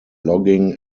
logging